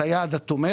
את היד התומכת